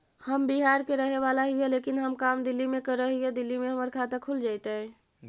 हम बिहार के रहेवाला हिय लेकिन हम काम दिल्ली में कर हिय, दिल्ली में हमर खाता खुल जैतै?